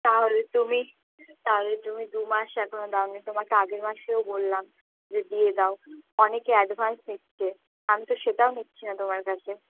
তা হলে তুমি তা হলে তুমি দুমাস এখনও দাওনি তোমাকে আগের মাসেও বললাম যে দিয়ে দাও অনেকে অ্যাডভান্স নিচ্ছে আমি তো সেটাও নিচ্ছি না তোমার কাছে